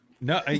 no